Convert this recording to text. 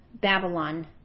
babylon